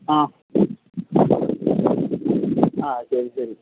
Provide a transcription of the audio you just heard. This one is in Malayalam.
ആ ആ ശരി ശരി